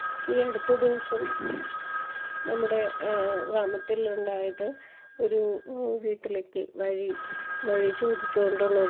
ഈ അടുത്ത ദിവസം നമ്മുടെ ഗ്രാമത്തിലുണ്ടായത് ഒരു വീട്ടിലേക്ക് വഴി വഴി ചോദിച്ച് കൊണ്ടുള്ളൊരു